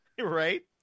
Right